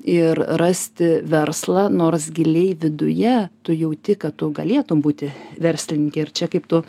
ir rasti verslą nors giliai viduje tu jauti kad tu galėtum būti verslininke ir čia kaip tu